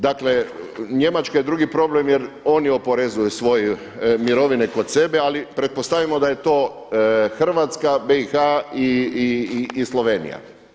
Dakle Njemačka je drugi problem jer oni oporezuju svoje mirovine kod sebe, ali pretpostavimo da je to Hrvatska, BiH-a i Slovenija.